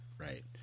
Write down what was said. Right